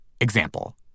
Example